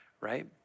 right